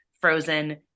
frozen